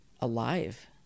alive